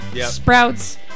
Sprouts